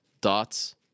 dots